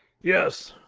yes.